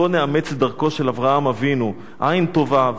בוא נאמץ את דרכו של אברהם אבינו: עין טובה,